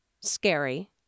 scary